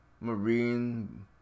marine